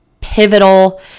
pivotal